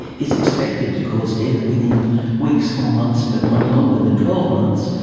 is expected to cause death within weeks or months but not longer than twelve months,